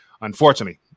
unfortunately